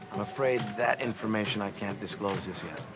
i'm afraid that information i can't disclose just yet.